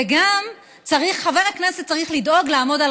וגם חבר הכנסת צריך לדאוג לעמוד על